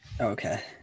Okay